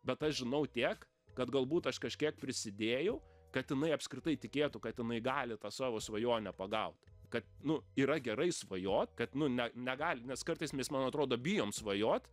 bet aš žinau tiek kad galbūt aš kažkiek prisidėjau kad jinai apskritai tikėtų kad jinai gali tą savo svajonę pagaut kad nu yra gerai svajot kad nu ne negali nes kartais mes man atrodo bijom svajot